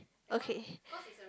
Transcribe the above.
okay